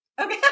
Okay